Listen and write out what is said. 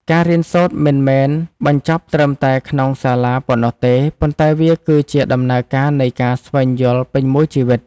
ការរៀនសូត្រមិនមែនបញ្ចប់ត្រឹមតែក្នុងសាលាប៉ុណ្ណោះទេ ប៉ុន្តែវាគឺជាដំណើរការនៃការស្វែងយល់ពេញមួយជីវិត។